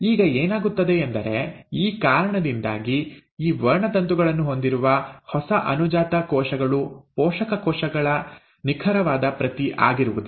ಈಗ ಏನಾಗುತ್ತದೆ ಎಂದರೆ ಈ ಕಾರಣದಿಂದಾಗಿ ಈ ವರ್ಣತಂತುಗಳನ್ನು ಹೊಂದಿರುವ ಹೊಸ ಅನುಜಾತ ಕೋಶಗಳು ಪೋಷಕ ಕೋಶಗಳ ನಿಖರವಾದ ಪ್ರತಿ ಆಗಿರುವುದಿಲ್ಲ